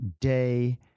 day